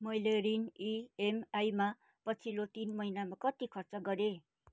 मैले ऋण इएमआइमा पछिल्लो तिन महिनामा कति खर्च गरेँ